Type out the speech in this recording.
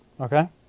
Okay